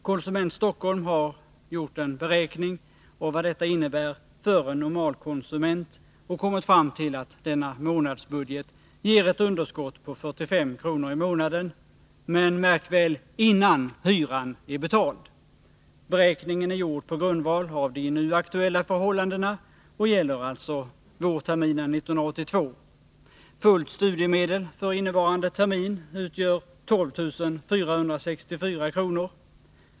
Konsument Stockholm har gjort en beräkning av vad detta innebär för en normalkonsument och kommit fram till att denna månadsbudget ger ett underskott på 45 kr. i månaden — men märk väl: innan hyran är betald. Beräkningen är gjord på grundval av de nu aktuella förhållandena och gäller alltså vårterminen 1982. Fullt studiemedel för innevarande termin utgör 12464 kr.